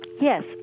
Yes